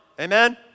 amen